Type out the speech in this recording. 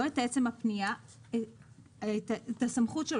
לא את עצם בפניה, את הסמכות שלו.